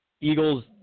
Eagles